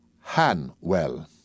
Hanwell